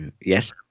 Yes